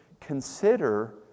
consider